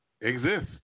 exist